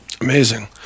Amazing